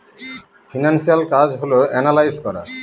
financial কাজ হল analyse করা